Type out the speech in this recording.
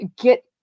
get